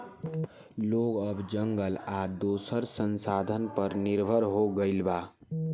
लोग अब जंगल आ दोसर संसाधन पर निर्भर हो गईल बा